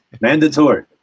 Mandatory